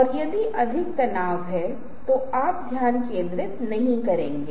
इसलिए यदि ऐसा है तो आप चीजों को एक अलग तरीके से पेश करेंगे